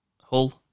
Hull